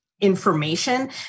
information